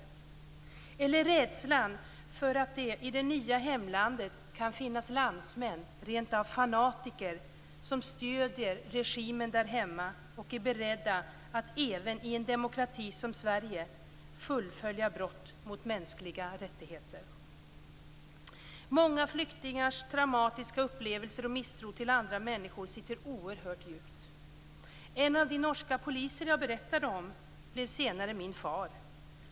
Därtill finns rädslan för att det i det nya hemlandet kan finnas landsmän - fanatiker - som stöder regimen där hemma och är beredda att även i en demokrati som Sverige fullfölja brott mot mänskliga rättigheter. Många flyktingars traumatiska upplevelser och misstro till andra människor sitter oerhört djupt. En av de norska poliser jag berättade om blev senare min far.